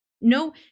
No